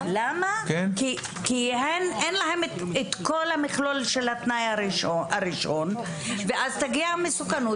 כי אין להן את כל המכלול של התנאי הראשון ואז תגיע המסוכנות